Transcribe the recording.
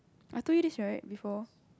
I told you this right before